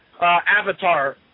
avatar